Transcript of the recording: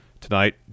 tonight